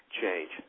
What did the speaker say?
change